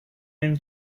and